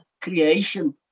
creation